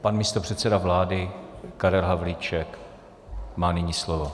Pan místopředseda vlády Karel Havlíček má nyní slovo.